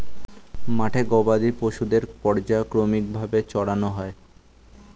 মাঠে গবাদি পশুদের পর্যায়ক্রমিক ভাবে চরানো হয়